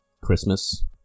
christmas